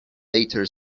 later